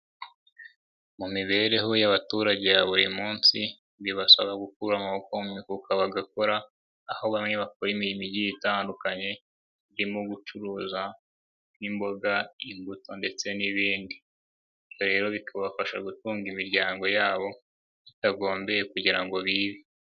Mu mibereho y'abaturage ya buri munsi, bibasaba gukura amaboko mu mifuka bagakora, aho bamwe bakora imirimo igiye itandukanye, irimo gucuruza, nk'imboga, imbuto ndetse n'ibindi. Bityo rero bikabafasha gutunga imiryango yabo, bitagombeye kugira ngo bibe.